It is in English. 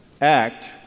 act